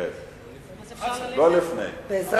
כן, לא לפני.